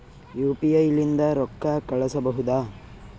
UPI ಲಿಂದ ರೊಕ್ಕ ಕಳಿಸಬಹುದಾ?